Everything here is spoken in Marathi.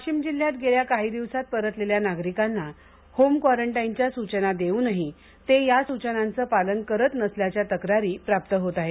वाशिम जिल्ह्यात गेल्या काही दिवसांत परतलेल्या नागरिकांना होम क्वारंटाईनच्या सूचना देवूनही ते या सूचनांचे पालन करीत नसल्याच्या तक्रारी प्राप्त होत आहेत